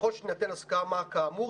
ככל שתינתן הסכמה כאמור,